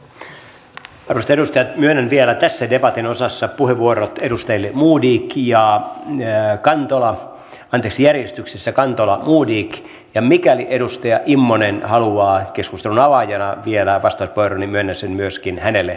arvoisat edustajat myönnän vielä tässä debatin osassa puheenvuorot edustajille kantola ja modig ja mikäli edustaja immonen haluaa keskustelun avaajana vielä vastauspuheenvuoron niin myönnän sen myöskin hänelle